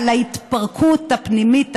ההתפרקות הפנימית הנפשית.